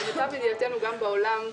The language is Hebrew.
ולמיטב ידיעתי גם בעולם,